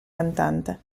cantante